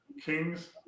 Kings